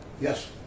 Yes